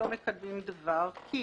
לא מקדמים דבר, כי